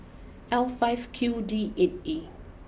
L five Q D eight E